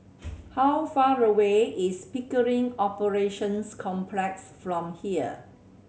how far away is Pickering Operations Complex from here